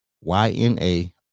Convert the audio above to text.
Y-N-A